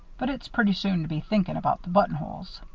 but it's pretty soon to be thinkin' about the buttonholes.